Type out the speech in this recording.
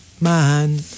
Man